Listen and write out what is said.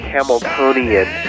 Hamiltonian